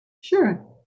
Sure